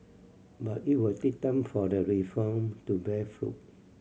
but it will take time for the reform to bear fruit